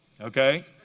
okay